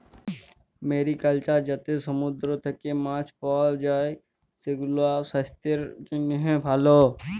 mariculture যাতে সমুদ্র থেক্যে মাছ পাওয়া যায়, সেগুলাসাস্থের জন্হে ভালো